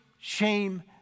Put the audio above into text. shame